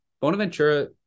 Bonaventura